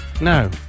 no